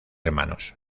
hermanos